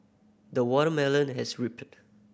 the watermelon has ripened